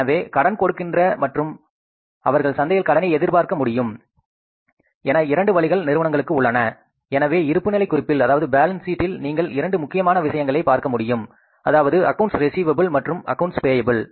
எனவே கடன் கொடுக்கின்றன மற்றும் அவர்கள் சந்தையில் கடனை எதிர்பார்க்க முடியும் என இரண்டு வழிகள் நிறுவனங்களுக்கு உள்ளன எனவே இருப்புநிலை குறிப்பில் நீங்கள் இரண்டு முக்கியமான விஷயங்களை பார்க்க முடியும் அதாவது அக்கவுண்ட்ஸ் ரிஸீவபிள் மற்றும் அக்கவுண்ட்ஸ் பேய்பில்